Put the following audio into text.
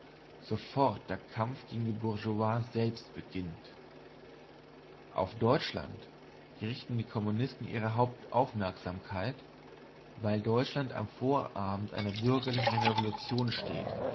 sofort der kampf gegen die bourgeoisie selbst beginnt auf deutschland richten die kommunisten ihre hauptaufmerksamkeit weil deutschland am vorabend einer bürgerlichen revolution steht